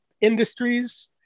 industries